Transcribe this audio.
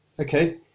Okay